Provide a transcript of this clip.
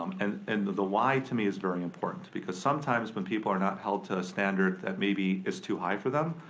and and the the why to me is very important. because sometimes when people are not held to a standard that maybe is too high for them.